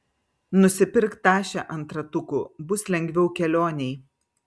nusipirk tašę ant ratukų bus lengviau kelionėj